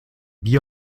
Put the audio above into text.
bier